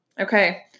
Okay